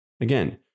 Again